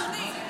אדוני.